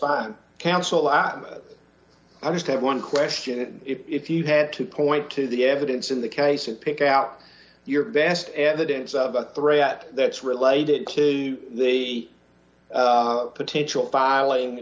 at i just have one question if you had to point to the evidence in the case and pick out your best evidence of a threat that's related to the potential filing